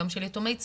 גם של יתומי צה"ל.